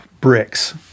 bricks